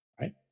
right